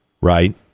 right